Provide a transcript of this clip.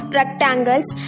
rectangles